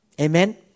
Amen